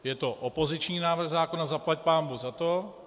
Je to opoziční návrh zákona, zaplaťpánbůh za to.